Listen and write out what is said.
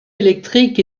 électrique